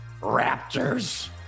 Raptors